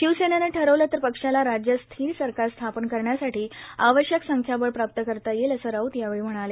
शिवसेनेनं ठरवलं तर पक्षाला राज्यात स्थीर सरकार स्थापन करण्यासाठी आवश्यक संख्याबळ प्राप्त करता येईल असं राऊत यावेळी म्हणाले